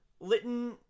Litton